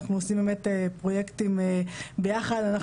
אנחנו עושים פרויקטים ביחד.